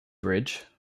bridge